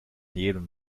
jedem